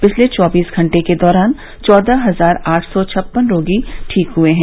पिछले चौबीस घंटे के दौरान चौदह हजार आठ सौ छप्पन रोगी ठीक हुए हैं